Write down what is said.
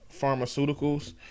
Pharmaceuticals